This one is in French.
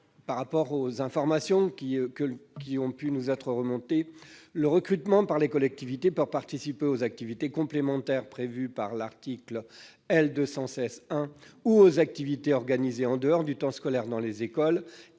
part, d'après les informations qui nous sont remontées, le recrutement par les collectivités, pour participer aux activités complémentaires prévues à l'article L. 216-1 ou aux activités organisées en dehors du temps scolaire dans les écoles